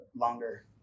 longer